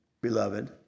beloved